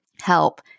help